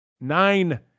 Nine